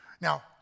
Now